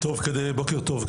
בוקר טוב,